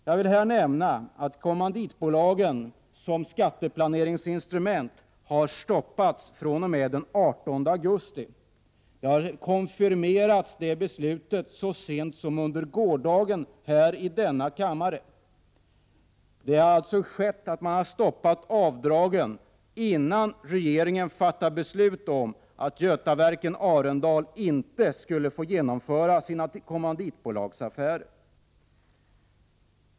Jag vill här nämna att kommanditbolagen som skatteplaneringsinstrument har stoppats fr.o.m. den 18 augusti. Man har konfirmerat det beslutet så sent som under gårdagen här i denna kammare. Man har alltså stoppat avdragen innan regeringen fattat beslut om att Götaverken Arendal inte skulle få genomföra sina kommanditbolagsaffärer.